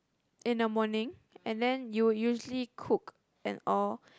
in the morning and then you you usually cook and all